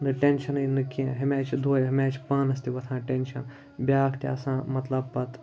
نہٕ ٹٮ۪نشَنٕے نہٕ کینٛہہ ہیٚمۍ آے چھِ دۄہَے ہیٚمۍ آے چھِ پانَس تہِ وۄتھان ٹٮ۪نشَن بیٛاکھ تہِ آسان مطلب پَتہٕ